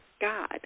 God